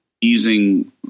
easing